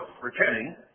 pretending